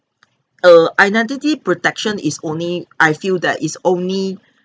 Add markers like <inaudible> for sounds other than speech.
err identity protection is only I feel that is only <breath>